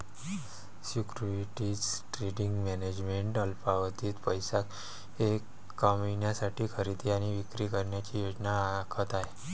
securities trading management अल्पावधीत पैसे कमविण्यासाठी खरेदी आणि विक्री करण्याची योजना आखत आहे